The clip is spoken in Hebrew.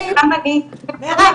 מירב,